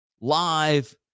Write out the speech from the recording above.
live